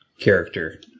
character